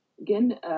again